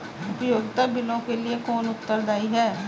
उपयोगिता बिलों के लिए कौन उत्तरदायी है?